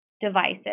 devices